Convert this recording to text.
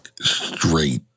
straight